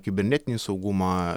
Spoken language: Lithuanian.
kibernetinį saugumą